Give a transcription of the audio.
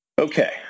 Okay